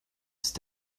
ist